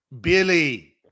Billy